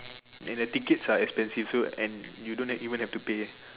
and the tickets are expensive so and you don't even have to pay